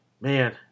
Man